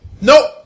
Nope